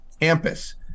campus